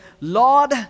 Lord